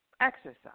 exercise